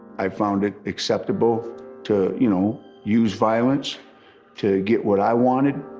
i found it acceptable to, you know, use violence to get what i wanted.